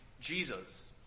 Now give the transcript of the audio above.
Jesus